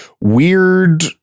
weird